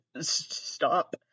Stop